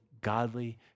godly